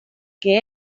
que